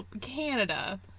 canada